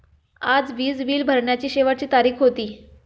आज वीज बिल भरण्याची शेवटची तारीख होती